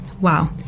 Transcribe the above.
wow